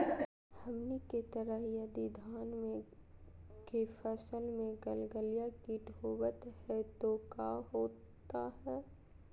हमनी के तरह यदि धान के फसल में गलगलिया किट होबत है तो क्या होता ह?